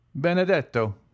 Benedetto